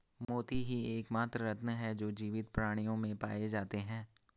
मोती ही एकमात्र रत्न है जो जीवित प्राणियों में पाए जाते है